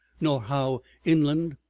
nor how, inland,